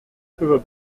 cheveux